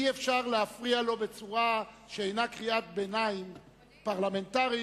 אי-אפשר להפריע לו בצורה שאינה קריאת ביניים פרלמנטרית,